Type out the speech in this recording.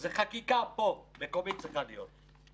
זו חקיקה מקומית שפה צריכה להיות.